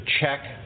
check